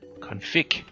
config.